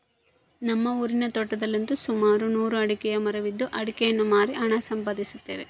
ನಮ್ಮ ಊರಿನ ತೋಟದಲ್ಲಂತು ಸುಮಾರು ನೂರು ಅಡಿಕೆಯ ಮರವಿದ್ದು ಅಡಿಕೆಯನ್ನು ಮಾರಿ ಹಣ ಸಂಪಾದಿಸುತ್ತೇವೆ